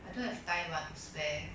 I don't have time lah to spare